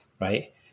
right